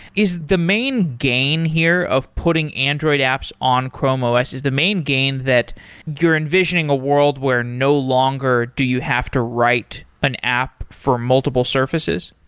is the main gain here of putting android apps on chrome os, is the main game that you're envisioning a world where no longer do you have to write an app for multiple surfaces?